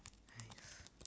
!hais!